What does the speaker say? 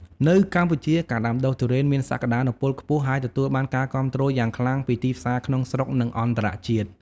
នៅកម្ពុជា ការដាំដុះទុរេនមានសក្តានុពលខ្ពស់ ហើយទទួលបានការគាំទ្រយ៉ាងខ្លាំងពីទីផ្សារក្នុងស្រុក និងអន្តរជាតិ។